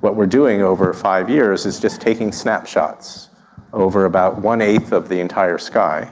what we are doing over five years is just taking snapshots over about one-eighth of the entire sky